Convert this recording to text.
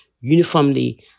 uniformly